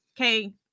okay